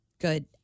good